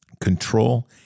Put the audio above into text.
Control